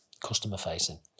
customer-facing